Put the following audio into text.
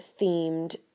themed